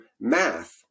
math